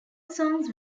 songs